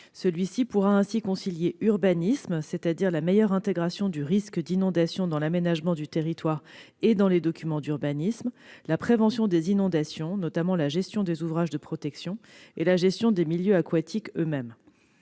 Celui-ci pourra ainsi concilier urbanisme, c'est-à-dire une meilleure intégration du risque d'inondation dans l'aménagement du territoire et dans les documents d'urbanisme, prévention des inondations, notamment la gestion des ouvrages de protection, et gestion des milieux aquatiques eux-mêmes.